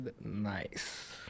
Nice